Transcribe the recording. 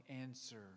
answer